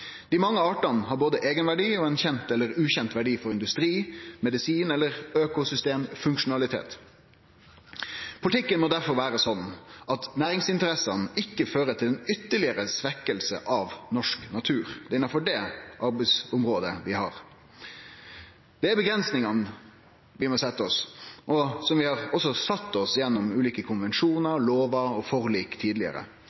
Dei mange artane har både eigenverdi og ein kjent eller ukjent verdi for industri, medisin eller økosystemfunksjonalitet. Politikken må difor vere slik at næringsinteressene ikkje fører til ei ytterlegare svekking av norsk natur. Det er innanfor det arbeidsområdet vi har dei avgrensingane vi må setje oss, og som vi også har sett oss gjennom ulike